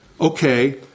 okay